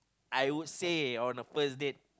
I would say on a first date